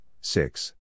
six